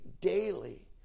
daily